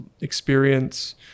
experience